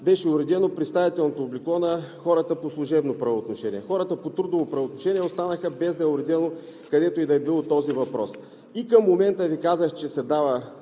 беше уредено представителното облекло на хората по служебно правоотношение. Хората по трудово правоотношение останаха, без да е уреден където и да е било този въпрос. И към момента, Ви казах, че се дават